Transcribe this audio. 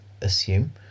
assume